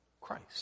Christ